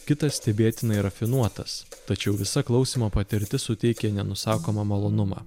kitas stebėtinai rafinuotas tačiau visa klausymo patirtis suteikia nenusakomą malonumą